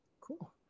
Cool